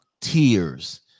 tears